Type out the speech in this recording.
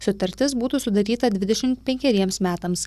sutartis būtų sudaryta dvidešimt penkeriems metams